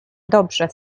dobrze